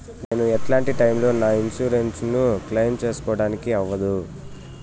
నేను ఎట్లాంటి టైములో నా ఇన్సూరెన్సు ను క్లెయిమ్ సేసుకోవడానికి అవ్వదు?